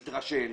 התרשל,